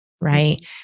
right